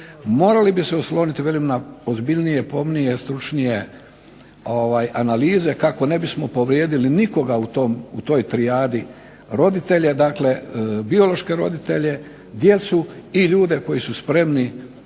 Morali bi se osloniti velim na ozbiljnije, pomnije, stručnije analize kako ne bismo povrijedili nikoga u toj trijadi, roditelje dakle, biološke roditelje, djecu i ljude koji su spremni